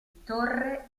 torre